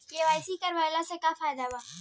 KYC करवला से का का फायदा बा?